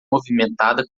movimentada